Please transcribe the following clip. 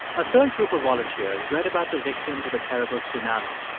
a third group of volunteers read about the victims of a terrible tsunami.